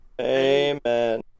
Amen